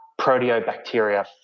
proteobacteria